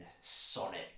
sonic